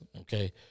okay